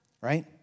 right